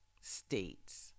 states